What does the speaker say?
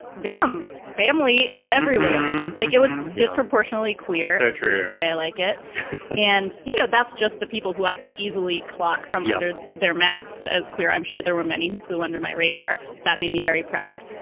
damn family is everywhere, like it was disproportionately queer. ah true. the way i like it and, you know, that's just the people who i could easily easily clock from yellower their masks as queer. i'm sure there were many who flew under my radar. that made me very proud.